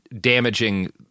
damaging